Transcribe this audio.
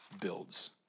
builds